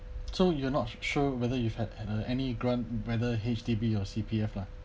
so you're not sure whether you've had a any grant whether H_D_B or C_P_F lah